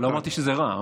לא אמרתי שזה רע.